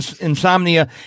insomnia